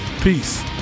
peace